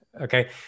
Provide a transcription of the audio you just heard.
Okay